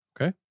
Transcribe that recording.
Okay